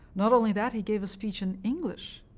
not only that, he gave a speech in english,